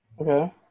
Okay